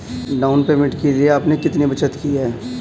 Down payment के लिए आपने कितनी बचत की है?